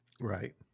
Right